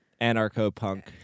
Anarcho-punk